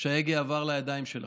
שההגה עבר לידיים שלכם.